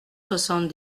soixante